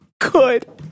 Good